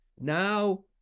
Now